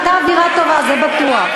הייתה אווירה טובה, זה בטוח.